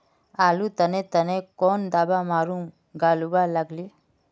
आलूर तने तने कौन दावा मारूम गालुवा लगली?